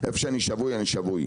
איפה שאני שבוי אני שבוי,